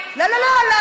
את לא רואה אותי?